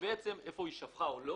איפה היא שפכה.